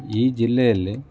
ಈ ಜಿಲ್ಲೆಯಲ್ಲಿ